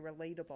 relatable